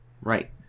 Right